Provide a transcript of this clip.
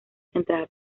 central